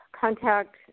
contact